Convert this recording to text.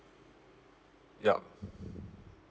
yup